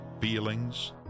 feelings